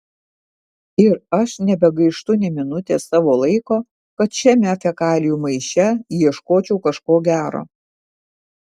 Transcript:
ir aš nebegaištu nė minutės savo laiko kad šiame fekalijų maiše ieškočiau kažko gero